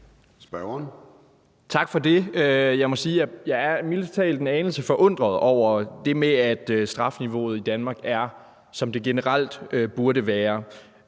Tak for det. Jeg må sige, at jeg mildest talt er en anelse forundret over det med, at strafniveauet i Danmark generelt er, som det burde være.